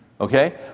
Okay